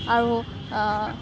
আৰু